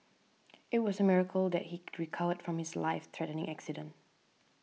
it was a miracle that he recovered from his life threatening accident